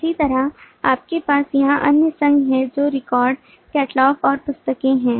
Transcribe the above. इसी तरह आपके पास यहां अन्य संघ हैं जो रिकॉर्ड कैटलॉग और पुस्तकें हैं